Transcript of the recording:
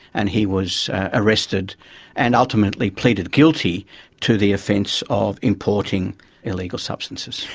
and he was arrested and ultimately pleaded guilty to the offence of importing illegal substances.